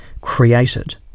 created